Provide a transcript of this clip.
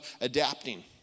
adapting